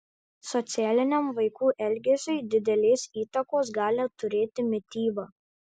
socialiniam vaikų elgesiui didelės įtakos gali turėti mityba